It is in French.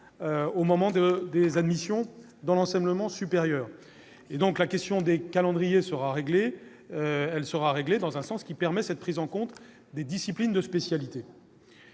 au moment des admissions dans l'enseignement supérieur. La question des calendriers sera donc réglée dans un sens qui permettra une telle prise en compte des disciplines de spécialité.